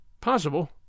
Possible